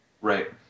Right